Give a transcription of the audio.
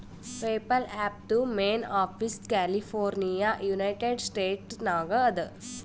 PayPal ಆ್ಯಪ್ದು main office California United States ನಾಗ್ ಅದಾ